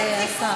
אנחנו עשינו,